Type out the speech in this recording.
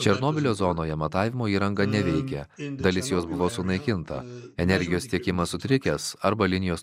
černobylio zonoje matavimo įranga neveikia dalis jos buvo sunaikinta energijos tiekimas sutrikęs arba linijos